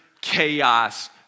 chaos